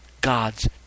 God's